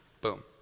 boom